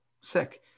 sick